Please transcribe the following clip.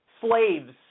Slaves